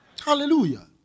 Hallelujah